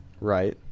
right